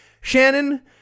Shannon